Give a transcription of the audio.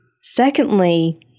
Secondly